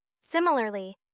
Similarly